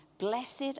Blessed